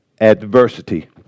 adversity